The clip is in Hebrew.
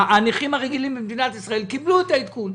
הנכים הרגילים במדינת ישראל קיבלו את העדכון.